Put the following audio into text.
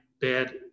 bad